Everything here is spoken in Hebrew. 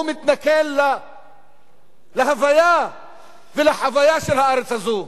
הוא מתנכל להוויה ולחוויה של הארץ הזאת.